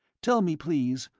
tell me, please,